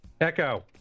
Echo